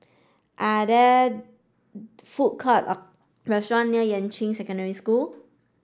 are there food court or restaurant near Yuan Ching Secondary School